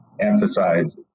emphasize